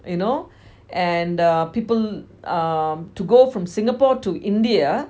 you know and uh people uh to go from singapore to india